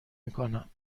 میکنم